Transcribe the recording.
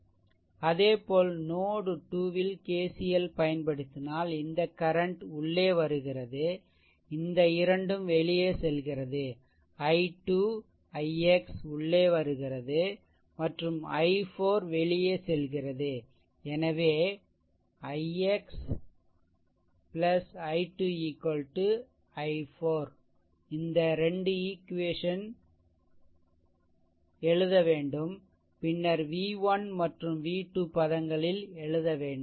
அதேபோல் நோட்2 KCL பயன்படுத்தினால் இந்த கரன்ட் உள்ளே வருகிறது இந்த இரண்டும் வெளியே செல்கிறது i2 ix உள்ளே வருகிறது மற்றும் i4 வெளியே செல்கிறது எனவே ix i2 i4 இந்த 2 ஈக்வேசன் எழுதவேண்டும் பின்னர் v1 மற்றும் v2 பதங்களில் எழுதவேண்டும்